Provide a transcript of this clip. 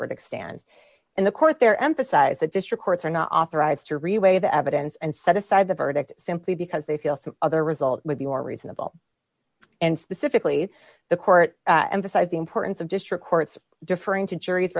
verdict stands and the court there emphasized the district courts are not authorized to reweigh the evidence and set aside the verdict simply because they feel some other result would be more reasonable and specifically the court emphasized the importance of district courts differing to juries